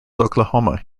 oklahoma